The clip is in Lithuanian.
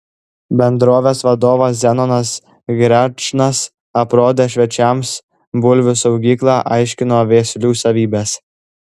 bendrovės vadovas zenonas grečnas aprodė svečiams bulvių saugyklą aiškino veislių savybes